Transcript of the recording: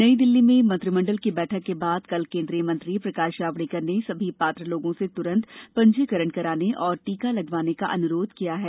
नई दिल्ली में मंत्रिमंडल की बैठक के बाद कल केंद्रीय मंत्री प्रकाश जावड़ेकर ने सभी पात्र लोगों से तुरंत पंजीकरण कराने और टीका लगवाने का अनुरोध किया है